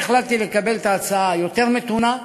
אני החלטתי לקבל את ההצעה היותר-מתונה,